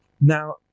Now